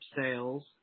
sales